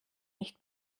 nicht